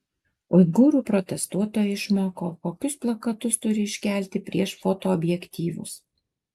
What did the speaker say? uigūrų protestuotojai išmoko kokius plakatus turi iškelti prieš fotoobjektyvus